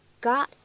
got